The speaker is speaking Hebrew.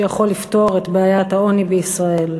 שיכול לפתור את בעיית העוני בישראל.